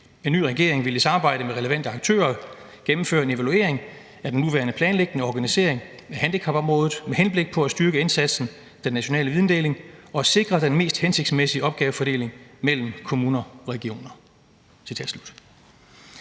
En ny regering vil i samarbejde med relevante aktører gennemføre en evaluering af den nuværende planlægning og organisering af handicapområdet med henblik på at styrke indsatsen, den nationale vidensdeling og sikre den mest hensigtsmæssige opgavefordeling mellem kommuner og regioner...«.